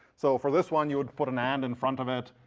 so for this one, you'd put an and in front of it,